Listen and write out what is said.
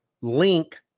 link